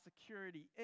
security